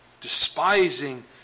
despising